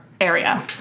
area